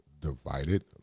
divided